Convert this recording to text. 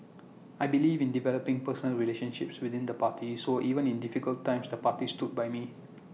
I believe in developing personal relationships within the party so even in difficult times the party stood by me